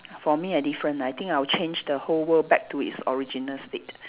for me I different I think I would change the whole world back to its original state